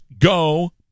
go